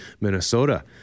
Minnesota